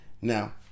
Now